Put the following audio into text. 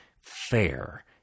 fair